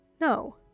No